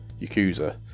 Yakuza